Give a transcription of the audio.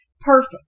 perfect